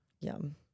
Yum